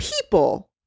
people